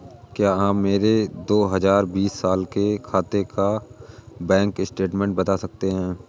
क्या आप मेरे दो हजार बीस साल के खाते का बैंक स्टेटमेंट बता सकते हैं?